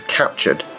captured